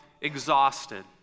exhausted